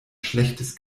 schlechtes